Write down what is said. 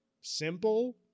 simple